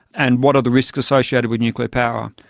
and what are the risks associated with nuclear power?